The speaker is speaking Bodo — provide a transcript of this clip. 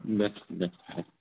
दे दे दे